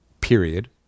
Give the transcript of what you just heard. period